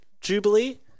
Jubilee